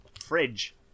fridge